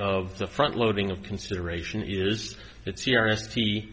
of the front loading of consideration is that serious he